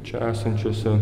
čia esančiuose